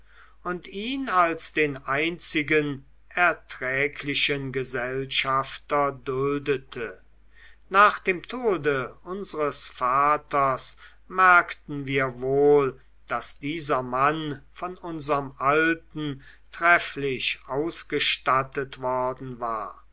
und ihn als den einzigen erträglichen gesellschafter duldete nach dem tode unseres vaters merkten wir wohl daß dieser mann von unserm alten trefflich ausgestattet worden war